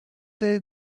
they